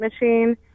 machine